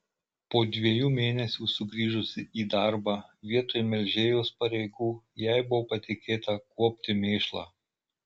po dviejų mėnesių sugrįžusi į darbą vietoj melžėjos pareigų jai buvo patikėta kuopti mėšlą